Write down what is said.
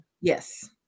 Yes